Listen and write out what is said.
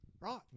Right